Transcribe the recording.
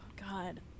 God